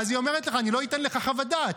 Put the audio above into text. ואז היא אומרת לך: אני לא אתן לך חוות דעת.